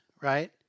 right